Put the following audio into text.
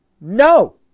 no